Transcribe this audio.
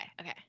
Okay